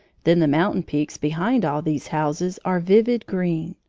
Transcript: then the mountain peaks behind all these houses are vivid green.